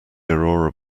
aurora